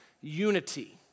unity